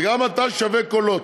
וגם אתה שווה קולות.